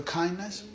kindness